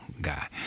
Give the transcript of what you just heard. guy